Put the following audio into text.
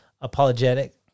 apologetic